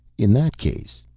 in that case,